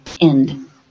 end